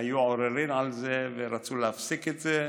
היו עוררין על זה ורצו להפסיק את זה,